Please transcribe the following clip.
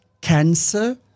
cancer